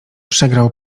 przegrał